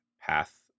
path